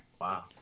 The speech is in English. Wow